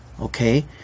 okay